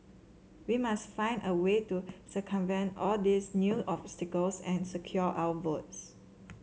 we must find a way to circumvent all these new obstacles and secure our votes